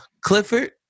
Clifford